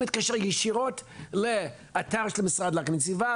להתקשר ישירות לאתר של משרד הגנת הסביבה,